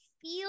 feel